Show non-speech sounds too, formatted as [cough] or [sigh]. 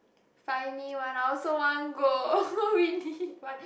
find me one I also want go [laughs] we need one